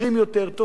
טובים יותר,